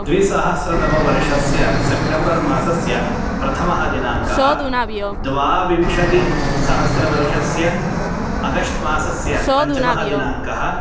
द्विसहस्रतमवर्षस्य सेप्टेम्बर्मासस्य प्रथमः दिनाङ्कः द्वाविंशतिसहस्रवर्षस्य अगस्ट्मासस्य पञ्चमः दिनाङ्कः